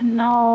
no